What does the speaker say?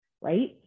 right